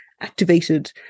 activated